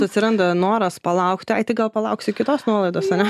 atsiranda noras palaukti gal palauksiu kitos nuolaidos ane